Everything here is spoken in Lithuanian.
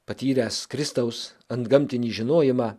patyręs kristaus antgamtinį žinojimą